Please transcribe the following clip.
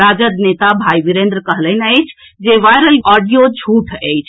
राजद नेता भाई वीरेन्द्र कहलनि अछि जे वायरल ऑडियो झूठ अछि